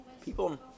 people